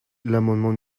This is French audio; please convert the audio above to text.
l’amendement